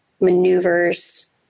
maneuvers